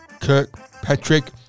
Kirkpatrick